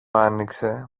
άνοιξε